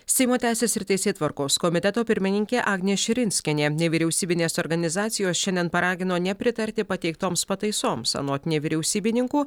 seimo teisės ir teisėtvarkos komiteto pirmininkė agnė širinskienė nevyriausybinės organizacijos šiandien paragino nepritarti pateiktoms pataisoms anot nevyriausybininkų